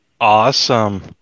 awesome